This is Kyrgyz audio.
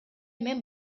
мен